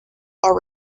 are